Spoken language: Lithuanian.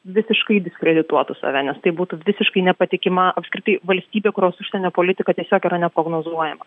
visiškai diskredituotų save nes tai būtų visiškai nepatikima apskritai valstybė kurios užsienio politika tiesiog yra neprognozuojama